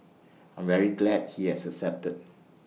I'm very glad he has accepted